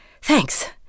Thanks